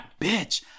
Bitch